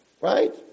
right